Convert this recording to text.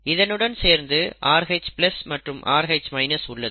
இதனுடன் சேர்ந்து Rh மற்றும் Rh உள்ளது